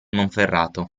monferrato